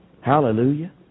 Hallelujah